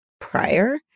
prior